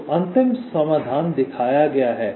तो अंतिम समाधान दिखाया गया है